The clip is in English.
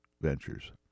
ventures